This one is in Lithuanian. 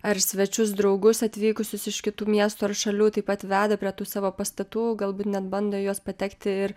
ar svečius draugus atvykusius iš kitų miestų ar šalių taip pat veda prie tų savo pastatų galbūt net bando į juos patekti ir